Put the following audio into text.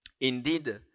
Indeed